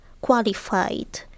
qualified